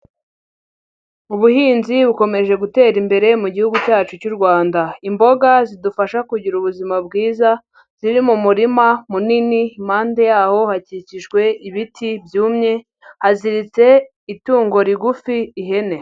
Ubuhinzi bukomeje gutera imbere mu gihugu cyacu cy'u Rwanda, imboga zidufasha kugira ubuzima bwiza ziri mu murima munini, impande yawo hakikijwe ibiti byumye, haziritse itungo rigufi ihene.